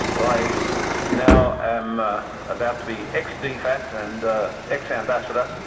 i now am about to be ex-dfat, and ex-ambassador,